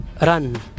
run